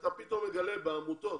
שאתה פתאום מגלה בעמותות